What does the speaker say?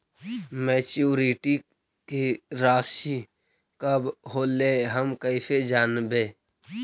Maturity के रासि कब होलै हम कैसे जानबै?